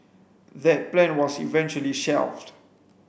that plan was eventually shelved